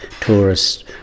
tourists